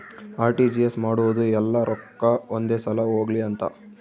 RTGS ಮಾಡೋದು ಯೆಲ್ಲ ರೊಕ್ಕ ಒಂದೆ ಸಲ ಹೊಗ್ಲಿ ಅಂತ